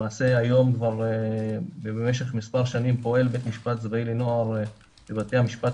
למעשה היום ובמשך מספר שנים פועל בית משפט צבאי לנוער בבתי המשפט